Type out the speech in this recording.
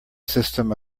system